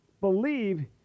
believe